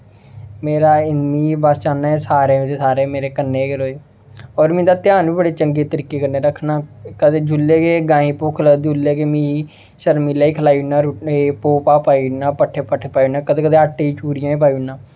मेरा मीं बस चाहन्नां कि सारे दे सारे मेरे कन्नै गै र'वै होर में इं'दा ध्यान बी चंगे तरीके कन्नै रखना कदें जेल्लै बी गाएं गी भुक्ख लगदी ओल्लै गै मिगी शर्मिला गी खलाई ओड़ना एह् भोह् भाह् पाई ओड़ना पट्ठे पाई ओड़ना कदें कदें आटे दी चूरियां बी पाई ओड़ना